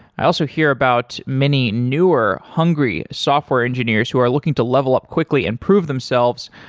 i also hear about many newer, hungry software engineers who are looking to level up quickly and prove themselves